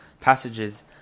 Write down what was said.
passages